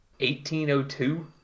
1802